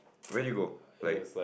where did you go like